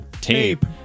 Tape